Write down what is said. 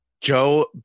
Joe